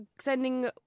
sending